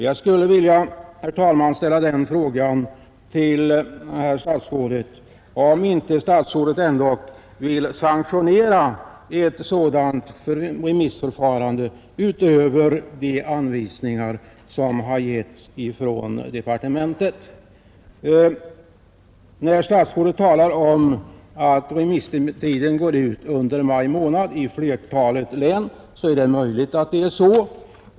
Jag skulle, herr talman, vilja ställa frågan till statsrådet, om inte statsrådet ändå vill sanktionera ett sådant remissförfarande utöver de anvisningar som har givits från departementet. Statsrådet sade att remisstiden i flertalet län går ut under maj månad. Det är möjligt att det är så.